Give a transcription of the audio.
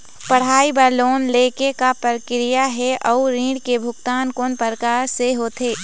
पढ़ई बर लोन ले के का प्रक्रिया हे, अउ ऋण के भुगतान कोन प्रकार से होथे?